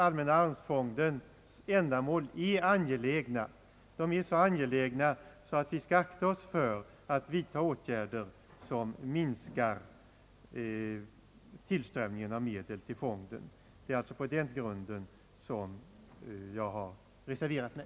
Allmänna arvsfondens ändamål är så angelägna att vi bör akta oss för att vidta åtgärder som minskar tillströmningen av medel till fonden. Det är alltså på den grunden jag har reserverat mig.